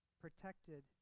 protected